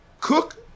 Cook